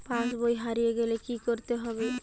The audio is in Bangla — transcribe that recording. পাশবই হারিয়ে গেলে কি করতে হবে?